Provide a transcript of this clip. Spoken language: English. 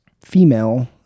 female